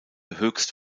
höchst